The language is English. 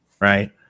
Right